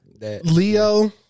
Leo